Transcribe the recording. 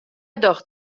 docht